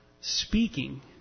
speaking